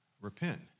repent